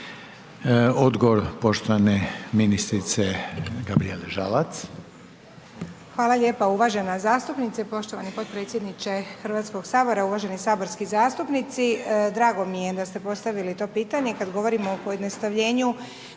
Odgovor poštovana ministrice Gabrijele Žalac.